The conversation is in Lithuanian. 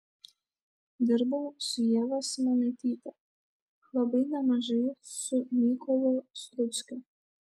dirbau su ieva simonaityte labai nemažai su mykolu sluckiu